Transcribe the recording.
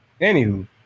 anywho